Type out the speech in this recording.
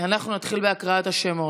אנחנו נתחיל בהקראת השמות.